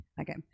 Okay